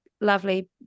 lovely